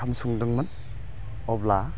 ओंखाम संदोंमोन अब्ला